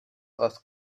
was